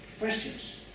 questions